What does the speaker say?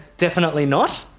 definitely not.